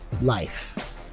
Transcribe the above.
life